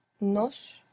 Nos